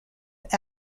have